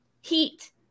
heat